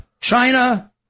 China